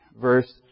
verse